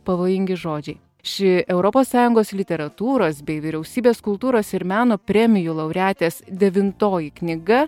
pavojingi žodžiai ši europos sąjungos literatūros bei vyriausybės kultūros ir meno premijų laureatės devintoji knyga